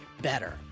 better